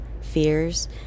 fears